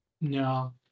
No